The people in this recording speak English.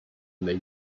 they